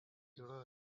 yra